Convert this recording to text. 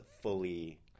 fully